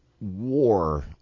war